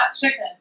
chicken